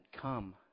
come